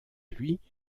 lui